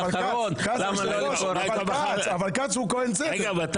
אבל כץ הוא כהן צדק --- אבל הוא